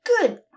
good